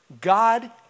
God